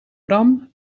bram